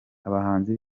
abahanzi